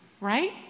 right